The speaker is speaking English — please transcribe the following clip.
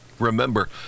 Remember